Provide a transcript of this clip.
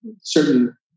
certain